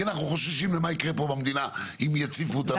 אנחנו חוששים למה שיקרה כאן במדינה אם יציפו אותה בעובדים זרים.